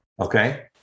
Okay